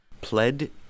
pled